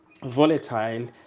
volatile